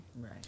Right